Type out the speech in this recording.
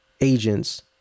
agents